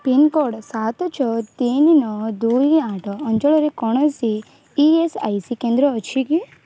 pincode ସାତ ଛଅ ତିନି ନଅ ଦୁଇ ଆଠ ଅଞ୍ଚଳରେ କୌଣସି ଇ ଏସ୍ ଆଇ ସି କେନ୍ଦ୍ର ଅଛି କି